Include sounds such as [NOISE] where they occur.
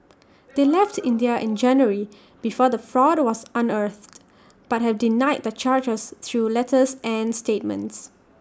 [NOISE] they left India in January before the fraud was unearthed but have denied the charges through letters and statements